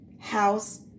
house